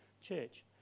Church